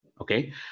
Okay